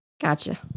Gotcha